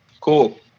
Cool